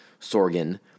Sorgan